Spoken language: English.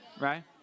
Right